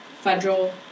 federal